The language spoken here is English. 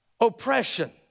oppression